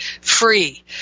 free